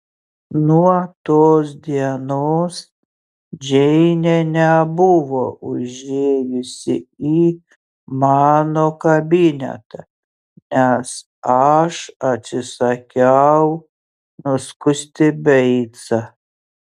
nuo tos dienos džeinė nebuvo užėjusi į mano kabinetą nes aš atsisakiau nuskusti beicą